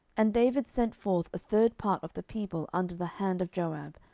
and david sent forth a third part of the people under the hand of joab,